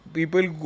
People